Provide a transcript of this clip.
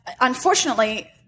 unfortunately